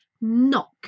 knock